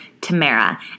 Tamara